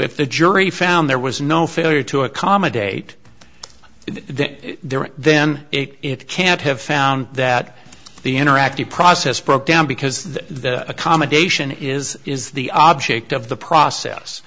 if the jury found there was no failure to accommodate then there then it can't have found that the interactive process broke down because the accommodation is is the object of the process